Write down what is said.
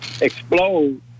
explode